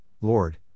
Lord